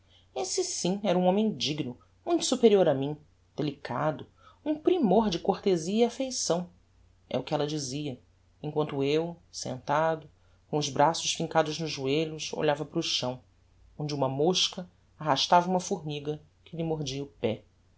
esse sim era um homem digno muito superior a mim delicado um primor de cortezia e affeição é o que ella dizia emquanto eu sentado com os braços fincados nos joelhos olhava para o chão onde uma mosca arrastava uma formiga que lhe mordia o pé